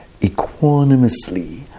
equanimously